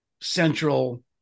central